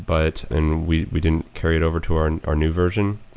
but and we we didn't carry it over to our and our new version.